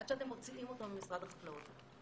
עד שאתם מוציאים אותו ממשרד החקלאות.